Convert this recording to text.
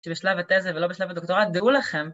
שבשלב התזה ולא בשלב הדוקטורט דעו לכם